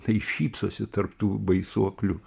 tai šypsosi tarp tų baisuoklių